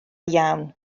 iawn